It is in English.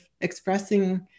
expressing